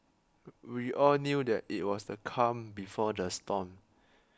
we all knew that it was the calm before the storm